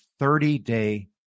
30-day